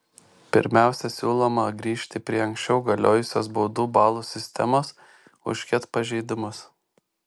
pirmiausia siūloma grįžti prie anksčiau galiojusios baudų balų sistemos už ket pažeidimus